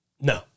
No